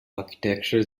architecture